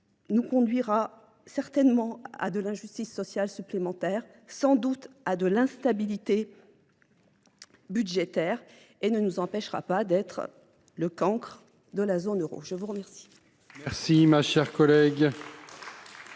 nous conduira certainement à de l’injustice sociale supplémentaire, sans doute à de l’instabilité budgétaire, et il ne nous empêchera pas d’être le cancre de la zone euro. La parole